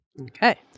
Okay